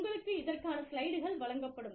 உங்களுக்கு இதற்கான ஸ்லைடுகள் வழங்கப்படும்